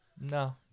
no